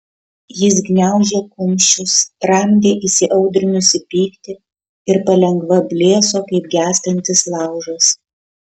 jis gniaužė kumščius tramdė įsiaudrinusį pyktį ir palengva blėso kaip gęstantis laužas